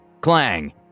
Clang